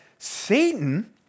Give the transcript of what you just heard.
Satan